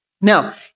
Now